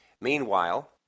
Meanwhile